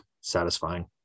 satisfying